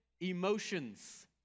emotions